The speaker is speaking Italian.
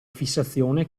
fissazione